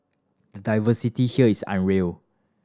the diversity here is unreal